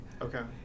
Okay